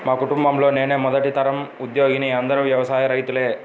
మా కుటుంబంలో నేనే మొదటి తరం ఉద్యోగిని అందరూ వ్యవసాయ రైతులే